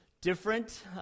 different